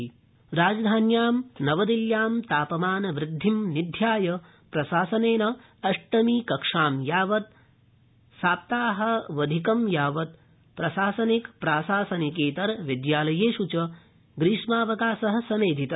दिल्ली ग्रीष्मावकाश राजधान्यां नवदिल्ल्यां तापमानवृद्धिं निध्याय प्रशासनेन अष्टमी कक्षां यावत् सप्ताहावधिं यावत् प्राशासनिक प्रशासनेतर विदयालयेष् च ग्रीष्मावकाश समेधित